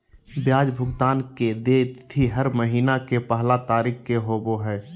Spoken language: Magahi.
ब्याज भुगतान के देय तिथि हर महीना के पहला तारीख़ के होबो हइ